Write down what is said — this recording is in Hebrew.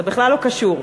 זה בכלל לא קשור.